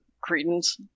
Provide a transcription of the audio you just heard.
Cretan's